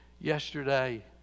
yesterday